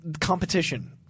competition –